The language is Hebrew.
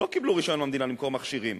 לא קיבלו רשיון מהמדינה למכור מכשירים.